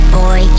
boy